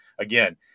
Again